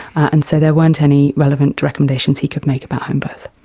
and so there weren't any relevant recommendations he could make about homebirth.